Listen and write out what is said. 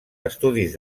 estudis